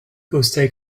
postaj